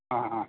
ആ ആ